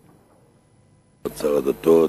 כבוד שר הדתות,